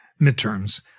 midterms